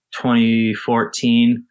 2014